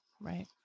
Right